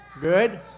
Good